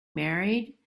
married